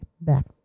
back